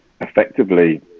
effectively